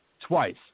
twice